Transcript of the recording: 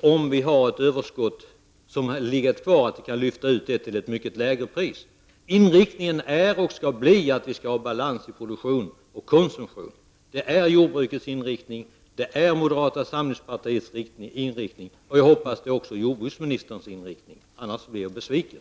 om det blir ett överskott göra det möjligt att exportera till ett mycket lägre pris? Inriktningen är och skall vara att vi skall ha balans i produktionen och konsumtionen. Det är jordbrukets inställning, moderata samlingspartiets inställning och, hoppas jag, också jordbruksministerns inställning, annars blir jag besviken.